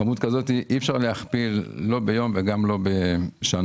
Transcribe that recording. כמות כזו אי אפשר להכפיל לא ביום, גם לא בשנה.